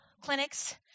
clinics